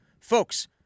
folks